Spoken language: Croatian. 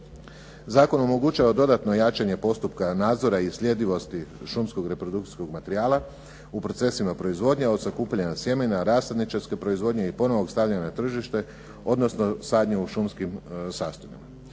Zakon omogućava dodatno jačanje postupka nadzora i sljedivosti šumskog reprodukcijskog materijala u procesima proizvodnje od sakupljanja sjemena, rasadničarske proizvodnje i ponovnog stavljanja na tržište, odnosno sadnja u šumskim sastavima.